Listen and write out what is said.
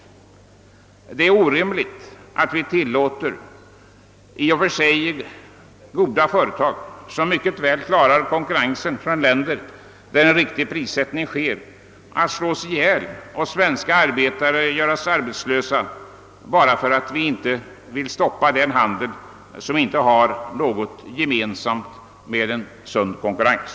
Det är orimligt att tillåta att i och för sig goda företag, som mycket väl klarar konkurrensen från länder med en riktig prissättning, slås ihjäl och att svenska arbetare görs arbetslösa, bara därför att vi inte vill stoppa en handel som inte har något gemensamt med en sund konkurrens.